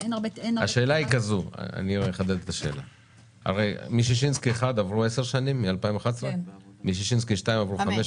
אני מטפל בששינסקי 1. לגבי גז ונפט